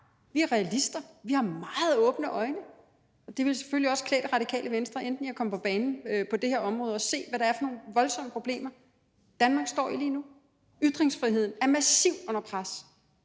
vi er realister. Vi har meget åbne øjne. Og det ville selvfølgelig også klæde Det Radikale Venstre endelig at komme på banen på det her område og se, hvad det er for nogle voldsomme problemer, Danmark står i lige nu. Ytringsfriheden er under massivt pres,